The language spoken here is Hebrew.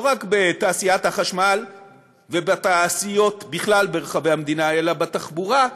ולא רק בתעשיית החשמל ובתעשיות בכלל ברחבי המדינה אלא בתחבורה,